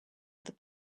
other